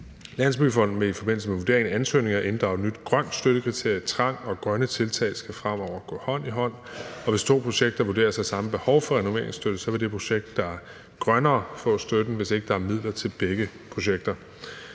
Landsbyggefonden vil i forbindelse med vurderingen af ansøgninger inddrage et nyt grønt støttekriterie. Trang og grønne tiltag skal fremover gå hånd i hånd, og hvis to projekter vurderes at have samme behov for renoveringsstøtte, vil det projekt, der er grønnest, få støtten, hvis ikke der er midler til begge projekter.